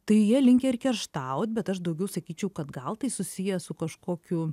tai jie linkę ir kerštaut bet aš daugiau sakyčiau kad gal tai susiję su kažkokiu